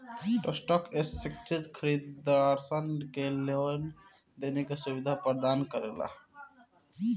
stock exchange खरीदारसन के लेन देन के सुबिधा परदान करेला